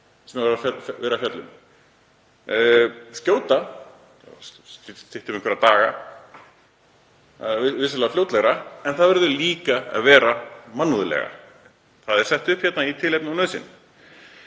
á að það styttist um einhverja daga, það er vissulega fljótlegra, en það verður líka að vera mannúðlegra. Það er sett upp hérna í tilefni og nauðsyn.